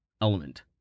Element